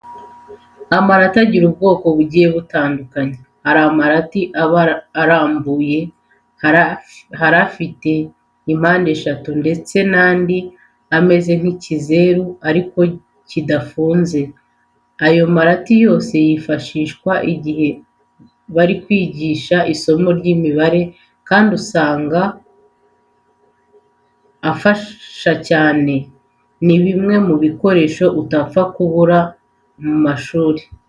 Amarati agira ubwoko bugiye butandukanye. Hari amarati aba arambuye, hari afite impande eshatu ndetse n'andi ameze nk'ikizeru ariko kidafunze. Aya marati yose yifashishwa igihe bari kwiga isomo ry'imibare kandi usanga afasha cyane. Ni bimwe mu bikoresho utapfa kubura mu mashuri.